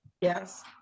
Yes